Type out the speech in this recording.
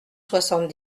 soixante